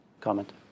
comment